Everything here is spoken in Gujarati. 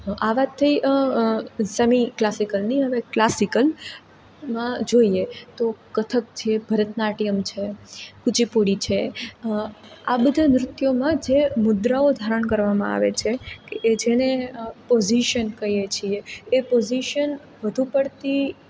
આ વાત થઈ સેમી ક્લાસિકલની હવે ક્લાસિકલમાં જોઈએ કથક છે ભરતનાટ્યમ છે કુચીપુડી છે આ બધા નૃત્યોમાં જે મુદ્રાઓ ધારણ કરવામાં આવે છે એ જેને પોઝિશન કહીએ છીએ એ પોઝિશન વધુ પડતી